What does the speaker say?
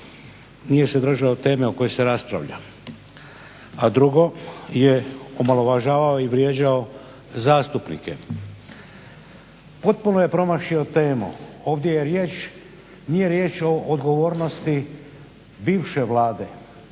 nije se držao teme o kojoj se raspravlja, a drugo je omalovažavao i vrijeđao zastupnike. Potpuno je promašio temu, ovdje nije riječ o odgovornosti bivše Vlade